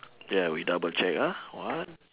ya we double check ah one